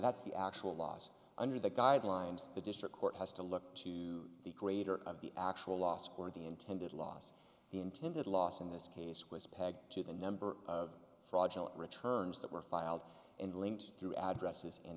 that's the actual loss under the guidelines the district court has to look to the greater of the actual loss or of the intended loss the intended loss in this case was pegged to the number of fraudulent returns that were filed and linked through addresses